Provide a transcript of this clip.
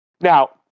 Now